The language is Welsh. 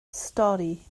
stori